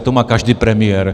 To má každý premiér.